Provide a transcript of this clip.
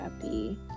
happy